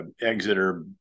Exeter